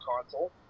Console